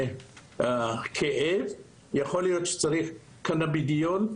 לכאב יכול להיות שצריך קנבידיול,